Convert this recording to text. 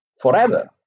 forever